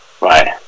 Right